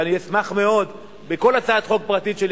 ואני אשמח מאוד אם בכל הצעת חוק פרטית שלי,